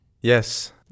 Yes